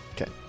Okay